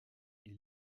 est